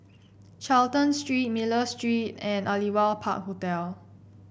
Charlton Street Miller Street and Aliwal Park Hotel